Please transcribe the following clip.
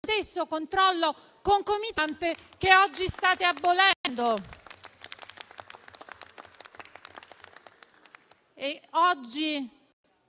stesso controllo concomitante che oggi state abolendo.